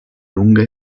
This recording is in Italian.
lunga